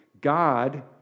God